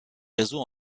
réseau